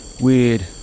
weird